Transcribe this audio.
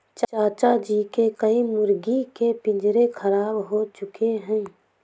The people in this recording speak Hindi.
चाचा जी के कई मुर्गी के पिंजरे खराब हो चुके हैं